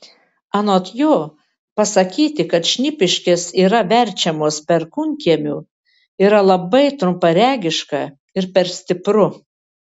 anot jo pasakyti kad šnipiškės yra verčiamos perkūnkiemiu yra labai trumparegiška ir per stipru